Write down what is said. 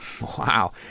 Wow